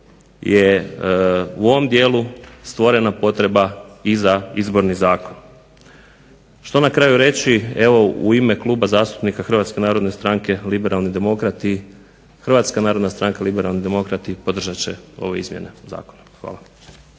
je u ovom dijelu stvorena potreba i za izborni zakon. Što na kraju reći, evo u ime Kluba zastupnika Hrvatske narodne stranke-Liberalni demokrati, Hrvatska narodna stranka-Liberalni demokrati podržat će ove izmjene zakona. Hvala.